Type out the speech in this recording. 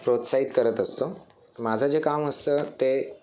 प्रोत्साहित करत असतो माझं जे काम असतं ते